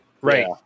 right